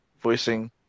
voicing